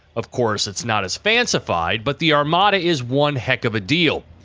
of course it's not as fancified, but the armada is one heck of a deal.